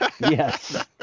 Yes